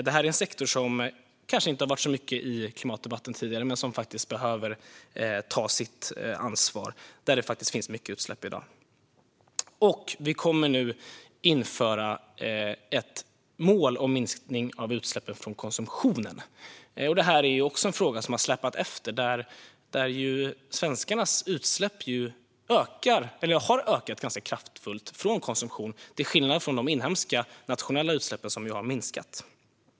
Detta är en sektor som kanske inte förekommit så mycket i klimatdebatten tidigare men som faktiskt behöver ta sitt ansvar och där det finns mycket utsläpp i dag. Vi kommer nu att införa ett mål för minskning av utsläppen från konsumtionen. Detta är också en fråga som har släpat efter. Svenskarnas utsläpp från konsumtion har ökat ganska kraftigt, till skillnad från de nationella utsläppen, som har minskat.